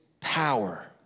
power